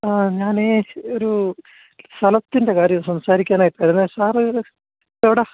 ആ ഞാനേ ഒരു സലത്തിൻ്റെ കാര്യം സംസാരിക്കാനായിട്ട് ആയിരുന്നു സാറ് എവിടാ